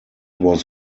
was